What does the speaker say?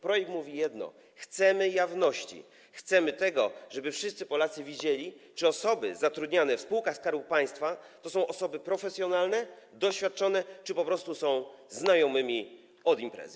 Projekt mówi jedno: chcemy jawności, chcemy tego, żeby wszyscy Polacy widzieli, czy osoby zatrudnianie w spółkach Skarbu Państwa to są osoby profesjonalne, doświadczone, czy po prostu są znajomymi z imprezy.